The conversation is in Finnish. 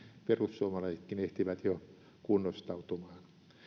perussuomalaisetkin ehtivät jo kunnostautumaan